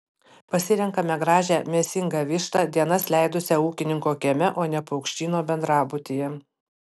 pasirenkame gražią mėsingą vištą dienas leidusią ūkininko kieme o ne paukštyno bendrabutyje